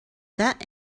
that